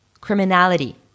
criminality